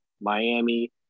Miami